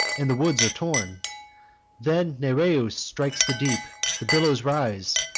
and the woods are torn then nereus strikes the deep the billows rise,